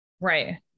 Right